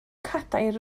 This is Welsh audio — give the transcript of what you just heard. cadair